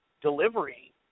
delivery